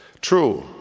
True